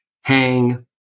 hang